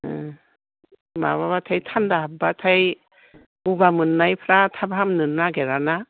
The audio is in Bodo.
माबाब्लाथाय थानदा हाबबाथाय गगा मोननायफ्रा थाब हामनो नागिरा ना